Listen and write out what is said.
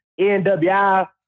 NWI